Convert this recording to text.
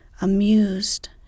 amused